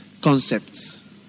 concepts